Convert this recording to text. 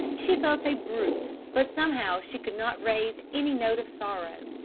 she felt a brute, but somehow she could not raise any note of sorrow.